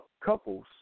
Couples